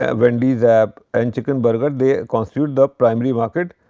ah wendy's app and chicken burger they constitute the primary market.